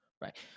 Right